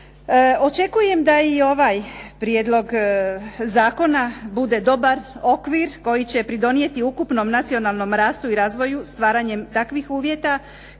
Očekujem da i ovaj Prijedlog zakona bude dobar okvir koji će pridonijeti ukupnom nacionalnom rastu i razvoju stvaranjem takvih uvjeta